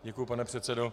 Děkuju, pane předsedo.